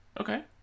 Okay